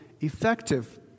effective